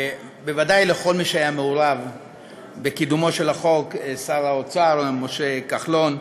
בוודאי לכל מי שהיה מעורב בקידומו של החוק: שר האוצר משה כחלון,